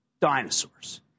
Dinosaurs